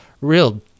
real